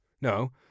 No